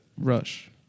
Rush